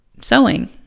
sewing